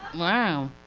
wow.